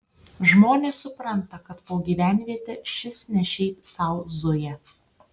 žmonės supranta kad po gyvenvietę šis ne šiaip sau zuja